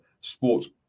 sports